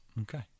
Okay